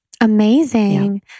Amazing